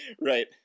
right